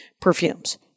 perfumes